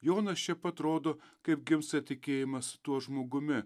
jonas čia pat rodo kaip gimsta tikėjimas tuo žmogumi